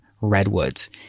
Redwoods